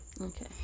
Okay